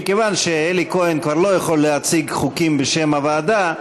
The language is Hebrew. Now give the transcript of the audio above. מכיוון שאלי כהן כבר לא יכול להציג חוקים בשם הוועדה,